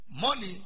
Money